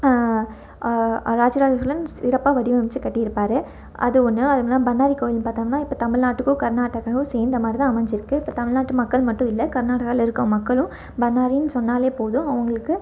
ராஜ ராஜ சோழன் சிறப்பாக வடிவமைச்சு கட்டிருப்பார் அது ஒன்று அதுவும் இல்லாம பண்ணாரி கோவில் பார்த்தோம்னா இப்போ தமிழ்நாட்டுக்கும் கர்நாடக்காக்கும் சேர்ந்த மாதிரி தான் அமஞ்சியிருக்கு இப்போ தமிழ்நாட்டு மக்கள் மட்டும் இல்லை கர்நாடகாவில இருக்க மக்களும் பண்ணாரின் சொன்னாலே போதும் அவங்களுக்கு